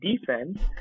defense